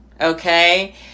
Okay